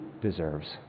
deserves